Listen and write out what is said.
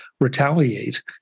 retaliate